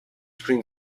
between